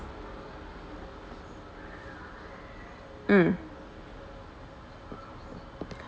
mm